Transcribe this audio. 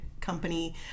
company